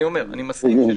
אני מסכים.